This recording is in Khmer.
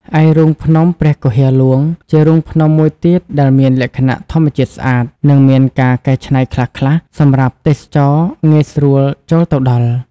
ឯ រូងភ្នំព្រះគុហារហ្លួង ជារូងភ្នំមួយទៀតដែលមានលក្ខណៈធម្មជាតិស្អាត និងមានការកែច្នៃខ្លះៗសម្រាប់ទេសចរណ៍ងាយស្រួលចូលទៅដល់។